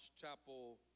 Chapel